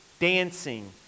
dancing